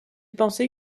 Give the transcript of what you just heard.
pensait